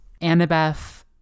Annabeth